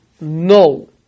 no